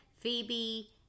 Phoebe